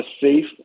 safe